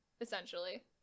essentially